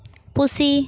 ᱯᱩᱥᱤ